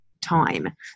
time